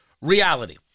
Reality